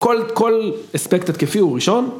כל אספקט התקפי הוא ראשון.